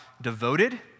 Devoted